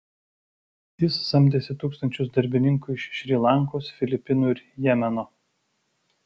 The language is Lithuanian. jis samdėsi tūkstančius darbininkų iš šri lankos filipinų ir jemeno